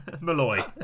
Malloy